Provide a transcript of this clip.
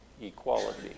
Equality